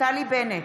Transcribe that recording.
נפתלי בנט,